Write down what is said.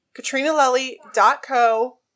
katrinalelly.co